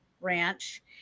Ranch